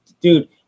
dude